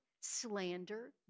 slander